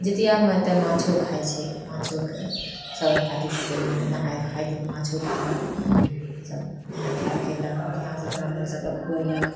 जितियामे तऽमाछो खाए छै माछोके सब अघाती सब नहाए खाए दिन माछो खेलक बढ़िआँसँ ब्राह्मण सबके खुएलक